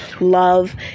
love